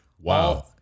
Wow